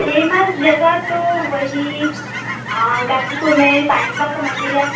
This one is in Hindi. फेमस जगह तो वही गाजीपुर में साईं बाबा का मंदिर है